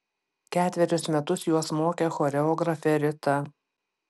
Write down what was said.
ketverius metus juos mokė choreografė rita